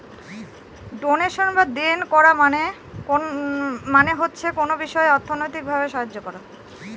donation বা দেন করা মানে হচ্ছে কোনো বিষয়ে অর্থনৈতিক ভাবে সাহায্য করা